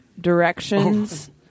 directions